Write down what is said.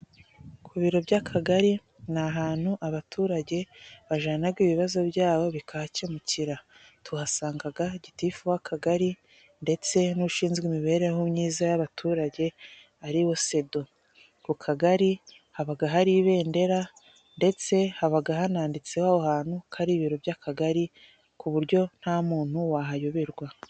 Kubiro by'akagari ni ahantu abaturage bajanaga ibibazo bya bo bikahakemukira. Tuhasangaga gitifu w'akagari ndetse n'ushinzwe imibereho myiza y'abaturage ari we sedo. Ku kagari habaga hari ibendera ndetse habaga hananditseho aho hantu ko ari ibiro by'akagari ku buryo nta muntu wahayoberwa.